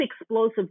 explosive